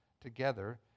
together